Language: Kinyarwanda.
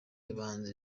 abahanzi